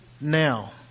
now